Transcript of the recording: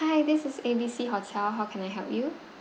hi this is A B C hotel how can I help you